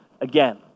again